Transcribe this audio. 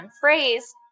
phrase